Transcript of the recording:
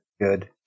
Good